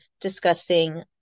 discussing